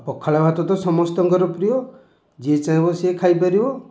ପଖାଳ ଭାତ ତ ସମସ୍ତଙ୍କର ପ୍ରିୟ ଯିଏ ଚାହିଁବ ସିଏ ଖାଇପାରିବ